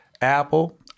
Apple